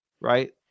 right